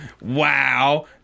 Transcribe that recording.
Wow